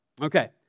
Okay